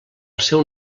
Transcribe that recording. seu